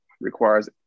requires